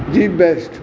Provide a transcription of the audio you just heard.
the best